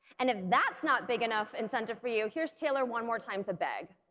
and if that's not big enough incentive for you here's taylor one more time to beg